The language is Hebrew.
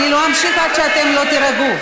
אני לא אמשיך עד שאתם תירגעו.